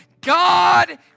God